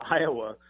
Iowa